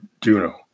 Juno